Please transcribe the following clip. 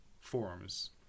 forms